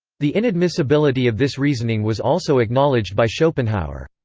the inadmissibility of this reasoning was also acknowledged by schopenhauer.